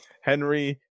Henry